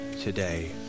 today